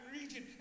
region